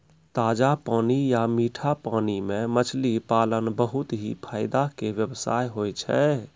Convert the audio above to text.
ताजा पानी या मीठा पानी मॅ मछली पालन बहुत हीं फायदा के व्यवसाय होय छै